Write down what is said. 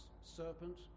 serpent